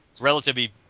relatively